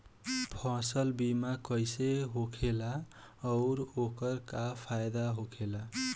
फसल बीमा कइसे होखेला आऊर ओकर का फाइदा होखेला?